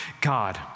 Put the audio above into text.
God